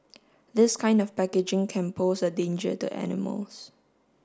this kind of packaging can pose a danger to animals